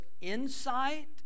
insight